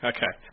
Okay